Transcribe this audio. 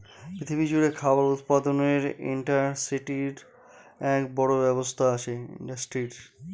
পৃথিবী জুড়ে খাবার উৎপাদনের ইন্ডাস্ট্রির এক বড় ব্যবসা হয়